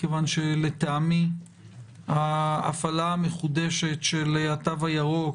מכיוון שלטעמי ההפעלה המחודשת של התו הירוק,